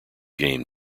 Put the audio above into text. game